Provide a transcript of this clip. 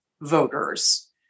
voters